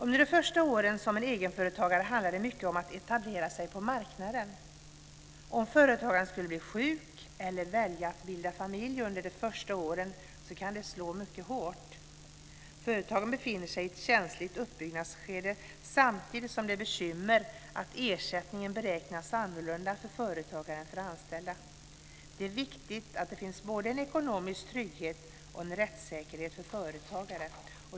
Under de första åren för en egenföretagare handlar det mycket om att etablera sig på marknaden. Om företagaren blir sjuk eller väljer att bilda familj under de första åren kan detta slå hårt mot företagaren. Företagaren befinner sig i ett känsligt uppbyggnadsskede samtidigt som det är ett bekymmer att ersättningen beräknas annorlunda för företagaren än för anställda. Det är viktigt att det finns både ekonomisk trygghet och rättssäkerhet för företagaren.